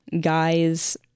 guys